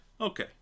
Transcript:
okay